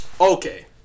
Okay